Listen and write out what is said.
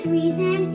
reason